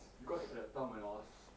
because that time when I was